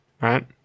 Right